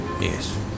Yes